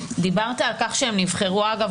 דיברת על כך שהם נבחרו אגב,